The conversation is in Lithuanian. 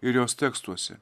ir jos tekstuose